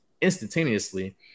instantaneously